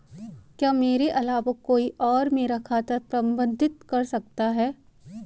क्या मेरे अलावा कोई और मेरा खाता प्रबंधित कर सकता है?